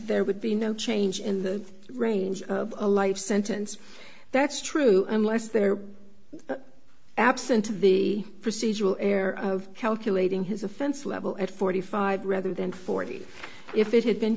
there would be no change in the range of a life sentence that's true unless there absent of the procedural error of calculating his offense level at forty five rather than forty if it had been